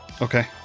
Okay